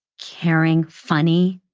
caring, funny.